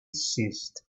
ceased